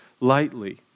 lightly